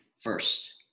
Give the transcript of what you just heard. first